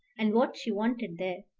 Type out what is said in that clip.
and what she wanted there.